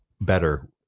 better